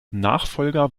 nachfolger